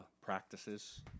practices